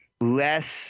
less